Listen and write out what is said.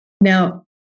Now